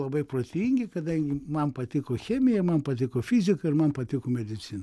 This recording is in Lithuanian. labai protingi kadangi man patiko chemija man patiko fizika ir man patiko medicina